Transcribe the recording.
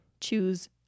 Choose